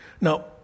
Now